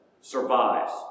survives